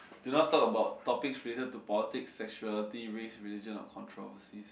do not talk about topics related to politics sexuality race religion or controversies